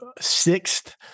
sixth